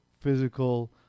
physical